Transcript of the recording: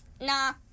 nah